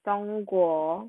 中国